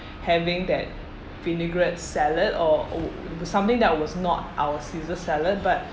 having that vinaigrette salad or uh something that was not our caesar salad but